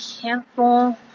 cancel